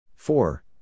Four